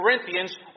Corinthians